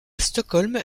stockholm